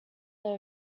their